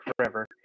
forever